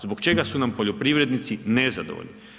Zbog čega su nam poljoprivrednici nezadovoljni?